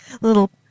little